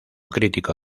crítico